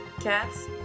cats